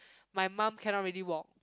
my mum cannot really walk